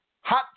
Hot